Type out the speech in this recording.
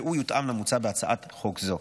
והוא יותאם למוצע בהצעת חוק זו.